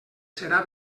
serà